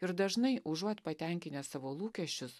ir dažnai užuot patenkinę savo lūkesčius